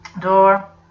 door